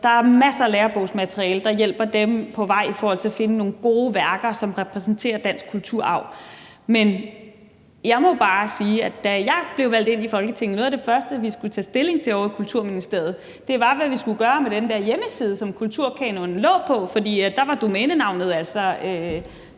Der er masser af lærebogsmateriale, der hjælper dem på vej i forhold til at finde nogle gode værker, som repræsenterer dansk kulturarv. Men jeg må bare sige, at da jeg blev valgt ind i Folketinget, var noget af det første, vi skulle tage stilling til ovre i Kulturministeriet, hvad vi skulle gøre med den der hjemmeside, som kulturkanonen lå på. Domænenavnet blev